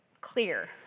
clear